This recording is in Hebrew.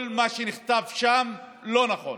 כל מה שנכתב שם לא נכון.